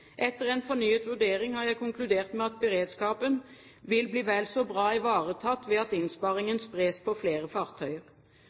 Etter en fornyet vurdering har jeg konkludert med at beredskapen vil bli vel så bra ivaretatt ved at innsparingen